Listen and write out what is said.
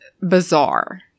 bizarre